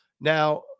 Now